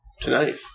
tonight